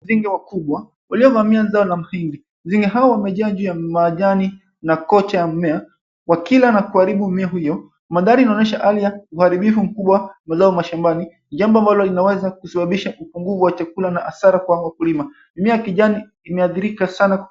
Nzige wakubwa, waliovaamia zao la mpinde. Nzige hao wamejaa juu ya majani na kocha ya mmea wakila na kuharibu mmea huyo. Mandhari inaonyesha hali ya uharibifu mkubwa wa zao mashambani, jambo ambalo linaweza kusababisha upungufu wa chakula na hasara kwa wakulima. Mimea ya kijani imeadhirika sana.